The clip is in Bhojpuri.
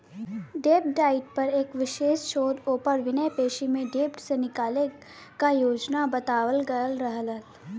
डेब्ट डाइट पर एक विशेष शोध ओपर विनफ्रेशो में डेब्ट से निकले क योजना बतावल गयल रहल